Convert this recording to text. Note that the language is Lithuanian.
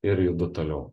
ir judu toliau